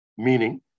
Meaning